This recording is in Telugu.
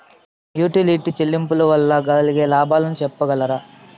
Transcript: యుటిలిటీ చెల్లింపులు వల్ల కలిగే లాభాలు సెప్పగలరా?